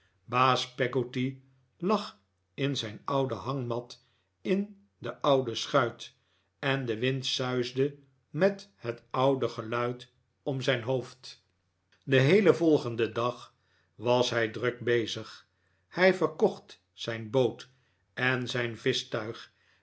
baas peggotty lag in zijn oude hangmat in de oude schuit en de wind suisde met het oude geluid om zijn hoofd den heelen volgenden dag was hij druk bezig hij verkocht zijn boot en zijn